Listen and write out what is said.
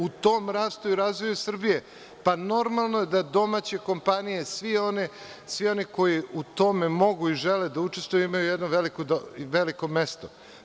U tom rastu i razvoju Srbije normalno je da domaće kompanije, sve one koje u tome mogu i žele da učestvuju imaju jedno veliko mesto.